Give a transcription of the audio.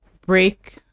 break